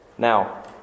Now